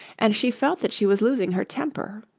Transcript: and she felt that she was losing her temper.